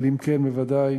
אבל אם כן, בוודאי